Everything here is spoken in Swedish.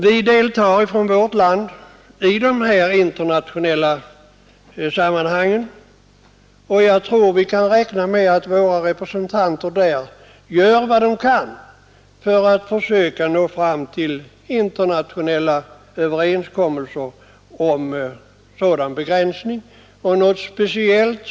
Vi deltar från vårt land i dessa internationella sammanhang, och jag tror att vi kan räkna med att våra representanter där gör vad de kan för att försöka nå fram till internationella överenskommelser om begränsning av tanktonnagets storlek.